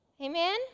Amen